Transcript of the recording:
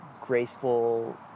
graceful